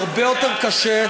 הרבה יותר קשה,